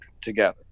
together